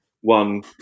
One